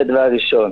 זה דבר ראשון.